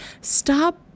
stop